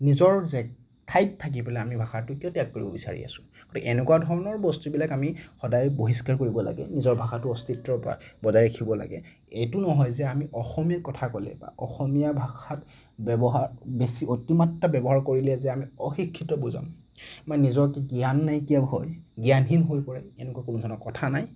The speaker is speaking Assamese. নিজৰ জে ঠাইত থাকি পেলাই আমি নিজৰ ভাষাটো কিয় ত্যাগ কৰিব বিচাৰি আছোঁ গতিকে এনেকুৱা ধৰণৰ বস্তুবিলাক আমি সদায় বহিষ্কাৰ কৰিব লাগে নিজৰ ভাষাটোৰ অস্তিত্বৰ পৰা বজাই ৰাখিব লাগে এইটো নহয় যে আমি অসমীয়াত কথা ক'লে বা অসমীয়া ভাষাত ব্যৱহাৰ বেছি অতিমাত্ৰা ব্যৱহাৰ কৰিলে যে আমি অশিক্ষিত বুজাম বা নিজকে জ্ঞান নাইকিয়া হয় জ্ঞানহীন হৈ পৰে তেনেকুৱা কোনো ধৰণৰ কথা নাই